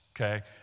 okay